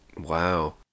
Wow